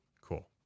Cool